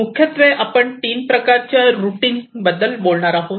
मुख्यत्वे आपण तीन प्रकारच्या रुटींग बद्दल बोलणार आहोत